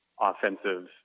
offensive